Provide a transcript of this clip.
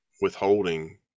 withholding